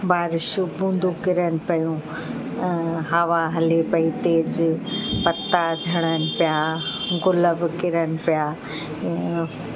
बारिश जो बूंदूं किरण पियूं ऐं हवा हले पई तेज पत्ता झड़नि पिया गुल बि किरन पिया ऐं